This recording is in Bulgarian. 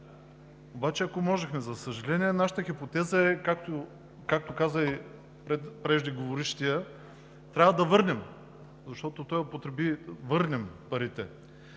обаче ако можехме. За съжаление, нашата хипотеза е, както каза и преждеговорившият, че трябва да върнем, защото той употреби: „да върнем парите“.